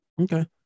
Okay